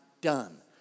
done